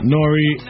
Nori